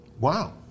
Wow